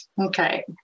Okay